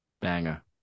banger